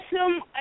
awesome